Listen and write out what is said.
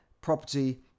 property